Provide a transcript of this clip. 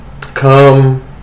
come